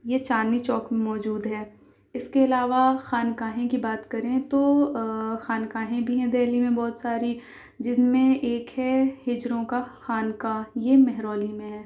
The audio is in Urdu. یہ چاندنی چوک میں موجود ہے اس کے علاوہ خانقاہیں کی بات کریں تو خانقاہیں بھی ہیں دہلی میں بہت ساری جن میں ایک ہے ہجڑوں کا خانقاہ یہ مہرولی میں ہے